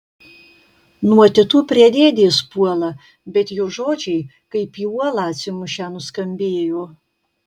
nuo tetų prie dėdės puola bet jo žodžiai kaip į uolą atsimušę nuskambėjo